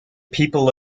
people